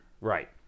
Right